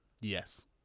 Yes